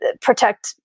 protect